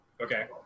Okay